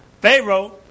Pharaoh